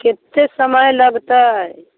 कते समय लगतै